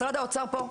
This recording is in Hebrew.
משרד האוצר פה,